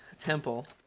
temple